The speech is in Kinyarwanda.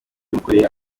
yamukoreye